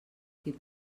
qui